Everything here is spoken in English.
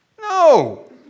No